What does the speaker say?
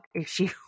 issue